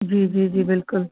जी जी जी बिल्कुलु